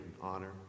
honor